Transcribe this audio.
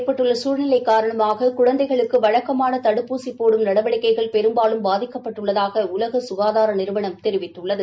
ஏற்பட்டுள்ளசூழ்நிலைகாரணமாககுழந்தைகளுக்குவழக்கமானதடுப்பூசிபோடும் Covid தொற்றால் நடவடிக்கைகள் பெரும்பாலும் பாதிக்கப்பட்டுள்ளதாகஉலகசுகாதாரநிறுவனம் தெரிவித்துள்ளது